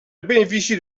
bénéficient